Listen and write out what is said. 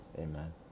Amen